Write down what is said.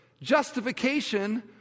justification